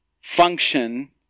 function